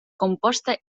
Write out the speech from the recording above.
composta